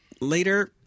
later